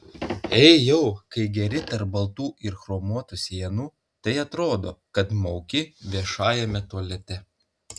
eik jau kai geri tarp baltų ir chromuotų sienų tai atrodo kad mauki viešajame tualete